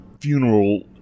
funeral